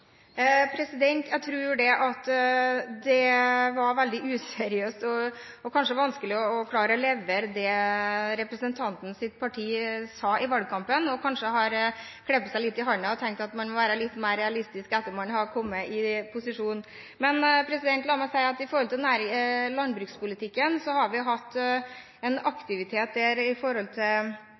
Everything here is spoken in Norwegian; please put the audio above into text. Jeg tror at det var veldig useriøst og kanskje vanskelig å levere det representantens parti sa i valgkampen, så man har kanskje kløpet seg litt i armen og tenkt at man må være litt mer realistiske etter at man har kommet i posisjon. La meg si at når det gjelder landbrukspolitikken, har vi hatt en aktivitet der med tanke på økt matproduksjon. Det har også bidratt til